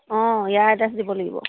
অঁ ইয়াৰ এড্ৰেছ দিব লাগিব